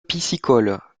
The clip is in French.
piscicole